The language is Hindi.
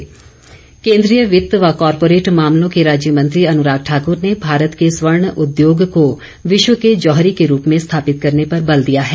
अनुराग केंद्रीय वित्त व कारपोरेट मामलों के राज्य मंत्री अनुराग ठाकुर ने भारत के स्वर्ण उद्योग को विश्व के जौहरी के रूप में स्थापित करने पर बल दिया है